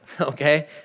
okay